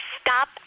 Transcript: Stop